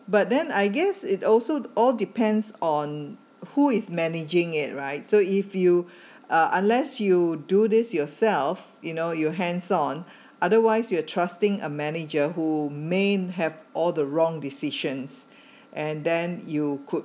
but then I guess it also all depends on who is managing it right so if you uh unless you do this yourself you know your hands on otherwise you're trusting a manager who may have or the wrong decisions and then you could